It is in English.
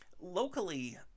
Locally